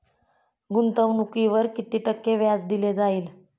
गुंतवणुकीवर किती टक्के व्याज दिले जाईल?